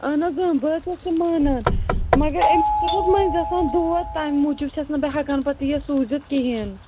اہن حظ بہٕ حظ چھَس تہِ مانان مگر امس چھُ نہ حظ مٔنٛز آسان دود تمہ موٗجُب چھَس نہٕ بہٕ ہیٚکان پتہٕ یہِ سوٗزِتھ کِہیٖنۍ